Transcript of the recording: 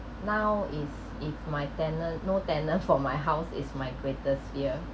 now is if my tenant no tenants for my house is my greatest fear